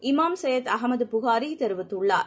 Imam Syed Ahmed புகாரிதெரிவித்துள்ளார்